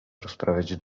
rozprawiać